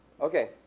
Okay